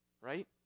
Right